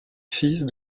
fils